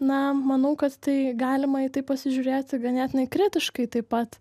na manau kad tai galima į tai pasižiūrėti ganėtinai kritiškai taip pat